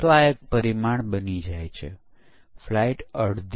ઉદાહરણ તરીકે તે તબક્કાઓના ઓવરલેપિંગને સપોર્ટ કરતું નથી